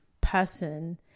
person